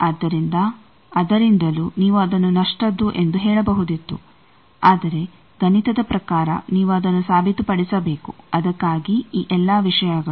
ಆದ್ದರಿಂದ ಅದರಿಂದಲೂ ನೀವು ಅದನ್ನು ನಷ್ಟದ್ದು ಎಂದು ಹೇಳಬಹುದಿತ್ತು ಆದರೆ ಗಣಿತದ ಪ್ರಕಾರ ನೀವು ಅದನ್ನು ಸಾಬೀತುಪಡಿಸಬೇಕು ಅದಕ್ಕಾಗಿ ಈ ಎಲ್ಲಾ ವಿಷಯಗಳು